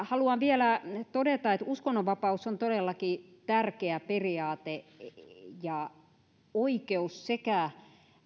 haluan vielä todeta että uskonnonvapaus on todellakin tärkeä periaate ja oikeus sekä